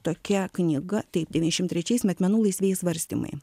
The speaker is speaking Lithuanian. tokia knyga taip devyniasdešimt trečiais metmenų laisvieji svarstymai